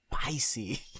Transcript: spicy